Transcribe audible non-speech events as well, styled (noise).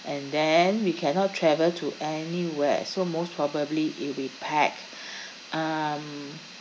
and then we cannot travel to anywhere so most probably it'll be packed (breath) um